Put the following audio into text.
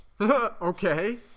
Okay